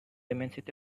immensity